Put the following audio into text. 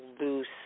loose